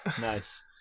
Nice